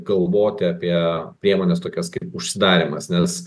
galvoti apie priemones tokias kaip užsidarymas nes